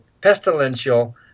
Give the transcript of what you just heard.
pestilential